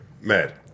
Mad